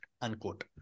unquote